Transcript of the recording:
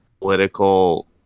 political